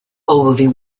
ogilvy